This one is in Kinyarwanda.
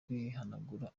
kwihanagura